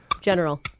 General